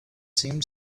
seemed